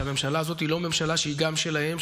שהממשלה הזאת לא היא לא ממשלה שהיא גם שלהם,